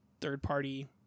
third-party